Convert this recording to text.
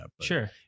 Sure